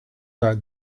that